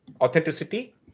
authenticity